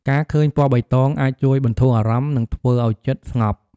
ការឃើញពណ៌បៃតងអាចជួយបន្ធូរអារម្មណ៍ និងធ្វើឱ្យចិត្តស្ងប់។